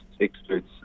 experts